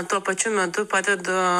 tuo pačiu metu padedu